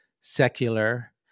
secular